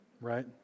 right